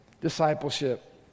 discipleship